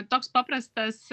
toks paprastas